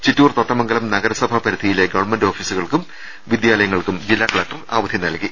ചിറ്റൂർ തത്തമംഗലം നഗരസഭാ പരിധിയിലെ ഗവൺമെന്റ് ഓഫീസുകൾക്കും വിദ്യാലയങ്ങൾക്കും ജില്ലാ കലക്ടർ അവധി നൽകി